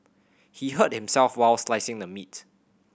he hurt himself while slicing the meat